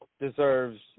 deserves